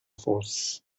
force